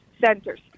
centers